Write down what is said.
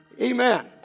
amen